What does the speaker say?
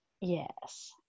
yes